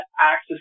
access